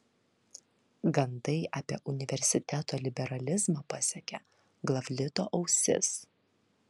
gandai apie universiteto liberalizmą pasiekė glavlito ausis